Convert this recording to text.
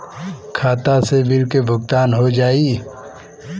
खाता से बिल के भुगतान हो जाई?